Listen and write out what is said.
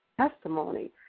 testimony